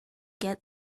get